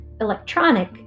electronic